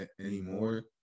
anymore